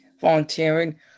volunteering